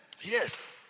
Yes